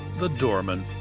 the doorman.